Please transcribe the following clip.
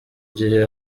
gihe